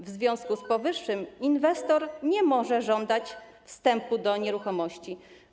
W związku z powyższym inwestor nie może żądać wstępu do nieruchomości.